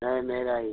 नहीं मेरा ही है